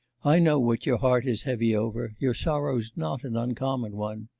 i know what your heart is heavy over your sorrow's not an uncommon one.